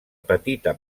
petita